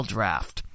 Draft